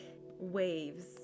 waves